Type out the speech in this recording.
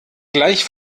gleich